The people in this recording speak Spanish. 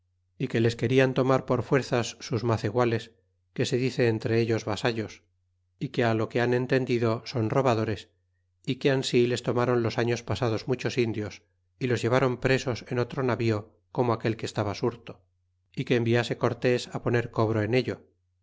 y que les querian tomar por fuerzas sus maceguales que se dice entre ellos vasallos y que lo que han entendido son robadores y que ahsi les tomron los años pasados muchos indios y los ilevron presos en otro navío como aquel que estaba surto y que enviase cortés poner cobro en ello